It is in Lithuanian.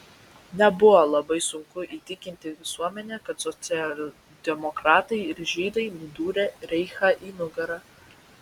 nebuvo labai sunku įtikinti visuomenę kad socialdemokratai ir žydai nudūrė reichą į nugarą